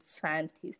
scientists